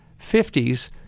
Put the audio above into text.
50s